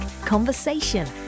conversation